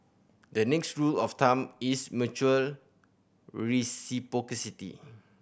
the next rule of thumb is mutual reciprocity